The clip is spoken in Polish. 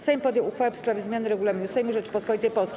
Sejm podjął uchwałę w sprawie zmiany Regulaminu Sejmu Rzeczypospolitej Polskiej.